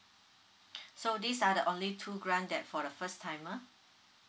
so these are the only two grant that for the first timer